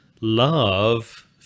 love